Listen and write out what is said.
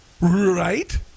Right